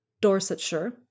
Dorsetshire